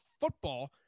football